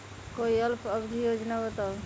कोई अल्प अवधि योजना बताऊ?